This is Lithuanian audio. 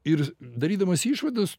ir darydamas išvadas